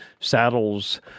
saddles